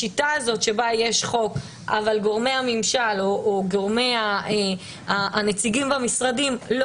השיטה שבה יש חוק אבל גורמי הממשל או נציגי המשרדים לא